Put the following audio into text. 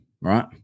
right